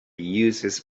uses